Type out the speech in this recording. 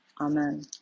Amen